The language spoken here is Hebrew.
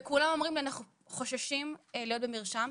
וכולם אומרים לי אנחנו חוששים להיות במרשם.